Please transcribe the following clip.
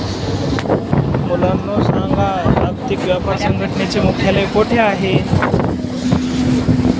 मुलांनो सांगा, जागतिक व्यापार संघटनेचे मुख्यालय कोठे आहे